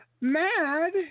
mad